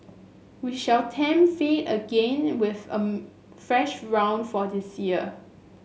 we shall tempt fate again with a fresh round for this year